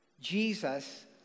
Jesus